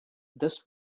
this